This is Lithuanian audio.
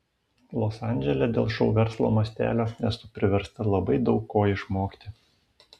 los andžele dėl šou verslo mastelio esu priversta labai daug ko išmokti